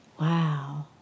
Wow